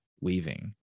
weaving